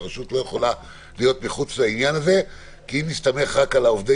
הרשות לא יכולה להיות מחוץ לעניין הזה כי אם נסתמך רק על עובדי